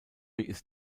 ist